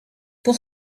pour